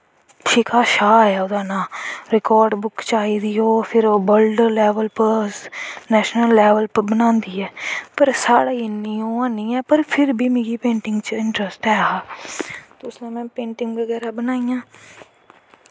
शिखा शाह् ऐ ओह्दा नांऽ रिकार्ड़ बुक्क च आई दी फ्ही ओह् बल्ड लैवल पर नैशनल लैवल पर बनांदी ऐ साढ़ै इन्नी नी ऐ पर फिर बी मिगी पेंटिंग च इंट्रस्ट ऐहा हा ते उसलै में पेंटिंग बगैरा बनाइयां